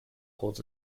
holds